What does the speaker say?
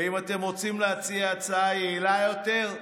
ואם אתם רוצים להציע הצעה יעילה יותר,